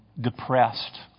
depressed